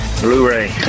blu-ray